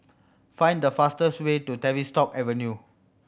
find the fastest way to Tavistock Avenue